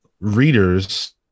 readers